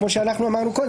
כמו שאנחנו אמרנו קודם,